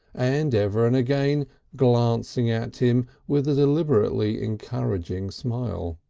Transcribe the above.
and ever and again glancing at him with a deliberately encouraging smile.